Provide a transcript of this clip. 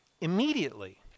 immediately